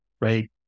right